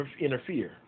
interfere